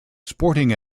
sporting